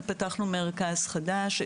פתחנו מרכז חדש.